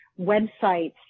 websites